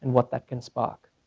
what that can sparks.